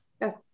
Yes